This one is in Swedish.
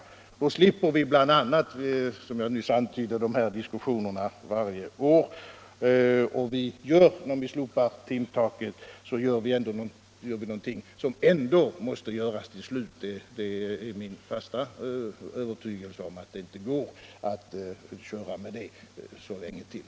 Gör vi det slipper vi bl.a. dessa, som jag nyss antydde, årliga diskussioner. Om vi slopar timtaket nu gör vi någonting som ändå måste göras till slut. Det är min fasta övertygelse att det inte går att ha det kvar så länge till.